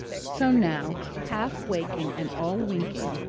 so now, half-waking and all-winking,